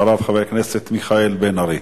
אחריו, חבר הכנסת מיכאל בן-ארי.